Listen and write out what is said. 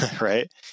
Right